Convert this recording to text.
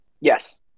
Yes